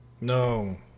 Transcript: No